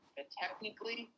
Technically